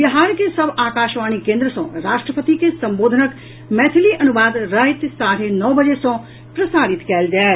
बिहार के सभ आकाशवाणी केन्द्र सँ राष्ट्रपति के संबोधनक मैथिली अनुवाद राति साढ़े नओ बजे सँ प्रसारित कयल जायत